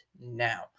Now